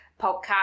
podcast